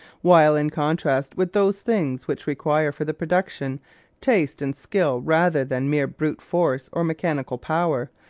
while, in contrast with those things which require for the production taste and skill rather than mere brute force or mechanical power,